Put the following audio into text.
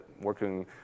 working